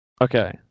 Okay